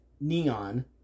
Neon